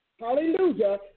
hallelujah